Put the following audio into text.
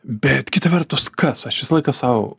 bet kita vertus kas aš visą laiką sau